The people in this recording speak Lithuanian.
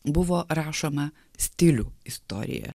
buvo rašoma stilių istorija